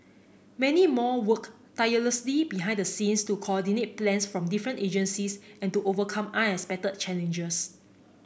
many more worked tirelessly behind the scenes to coordinate plans from different agencies and to overcome unexpected challenges